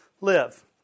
live